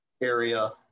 area